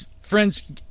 Friends